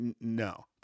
no